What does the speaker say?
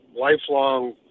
lifelong